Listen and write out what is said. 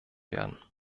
werden